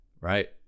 right